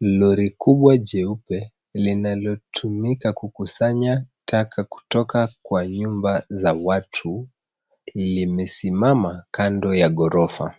Lori kubwa jeupe linalotumika kukusanya taka kutoka kwa nyumba za watu limesimama kando ya gorofa .